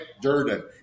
Durden